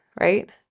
right